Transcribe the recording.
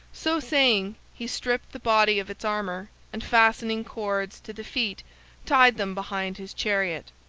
so saying he stripped the body of its armor, and fastening cords to the feet tied them behind his chariot,